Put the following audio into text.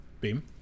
Beam